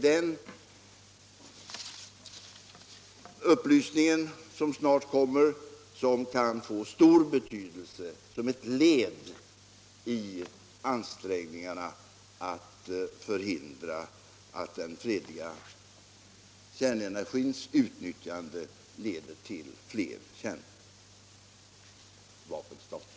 Den upplysningen — som vi väl snart får — kommer att få stor betydelse som ett led i ansträngningarna att förhindra att den fredliga kärnenergins utnyttjande leder till flera kärnvapenstater.